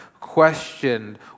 questioned